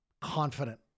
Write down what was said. confident